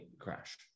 crash